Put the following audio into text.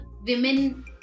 women